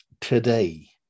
today